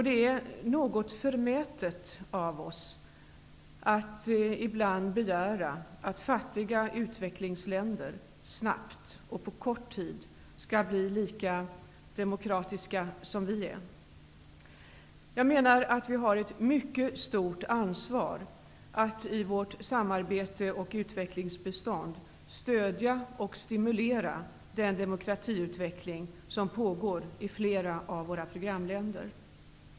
Det är något förmätet av oss att ibland begära att fattiga utvecklingsländer snabbt och på kort tid skall bli lika demokratiska som vi är. Jag menar att vi har ett mycket stort ansvar för att i vårt samarbete och utvecklingsbistånd stödja och stimulera den demokratiutveckling som pågår i flera av våra programländer.